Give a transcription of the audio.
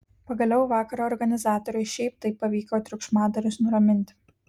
pagaliau vakaro organizatoriui šiaip taip pavyko triukšmadarius nuraminti